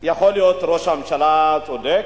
שיכול להיות שראש ממשלה צודק,